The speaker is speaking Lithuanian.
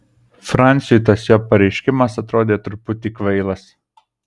franciui tas jo pareiškimas atrodė truputį kvailas